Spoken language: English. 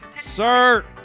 Sir